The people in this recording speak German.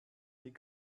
die